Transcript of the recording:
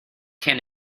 can